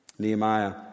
Nehemiah